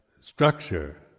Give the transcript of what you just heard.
structure